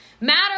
Matter